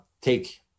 take